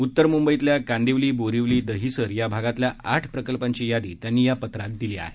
उत्तर मूंबईतल्या कांदिवली बोरीवली दहिसर भागातल्या आठ प्रकल्पांची यादी त्यांनी या पत्रात दिली आहे